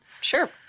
Sure